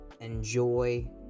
Enjoy